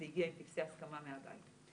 זה הגיע עם טפסי הסכמה מהבית.